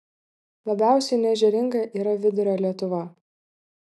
labiausiai neežeringa yra vidurio lietuva